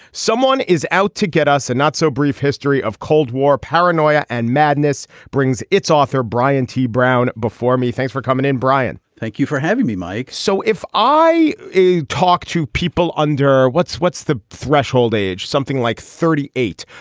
someone is out to get us and not so brief history of cold war paranoia and madness brings its author brian t brown before me. thanks for coming in brian. thank you for having me mike. so if i talk to people under what's what's the threshold age something like thirty eight.